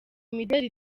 imideli